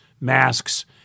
masks –